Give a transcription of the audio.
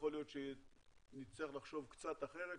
יכול להיות שנצטרך לחשוב קצת אחרת.